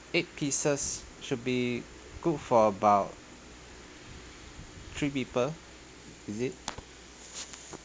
eight pieces should be good for about three people is it